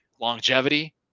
longevity